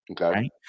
Okay